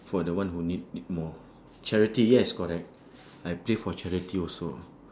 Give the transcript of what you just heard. for the one who need it more charity yes correct I play for charity also